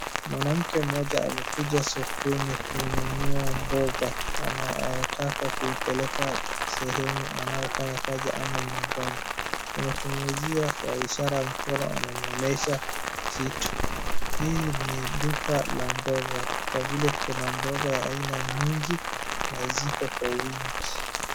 Mwanamke mmoja amekuja sokoni kununua mboga anayotaka kuipeleka sehemu anayofanya kazi ama nyumbani. Mwenye kumuuzia kwa ishara mkono anamuonyesha kitu. Hii ni duka la mboga kwa vile kuna mboga ya aina mingi na zipo kwa wingi.